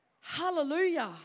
Hallelujah